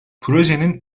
projenin